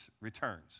returns